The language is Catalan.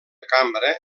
cambra